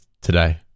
today